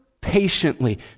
patiently